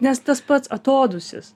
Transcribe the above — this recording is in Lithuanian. nes tas pats atodūsis